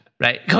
Right